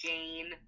Jane